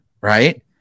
Right